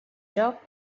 jóc